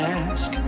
ask